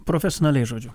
profesionaliai žodžiu